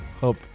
Hope